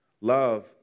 Love